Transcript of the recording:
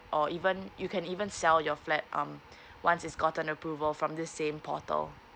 or even you can even sell your flat um once it's gotten approval from this same portal